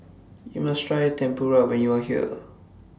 YOU must Try Tempura when YOU Are here